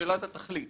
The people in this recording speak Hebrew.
שאלת התכלית